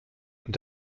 und